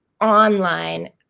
online